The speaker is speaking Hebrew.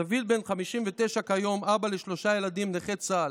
דוד בן 59 כיום, אבא לשלושה ילדים, נכה צה"ל.